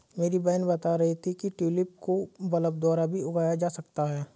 मेरी बहन बता रही थी कि ट्यूलिप को बल्ब द्वारा भी उगाया जा सकता है